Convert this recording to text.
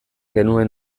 genuen